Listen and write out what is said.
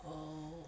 oh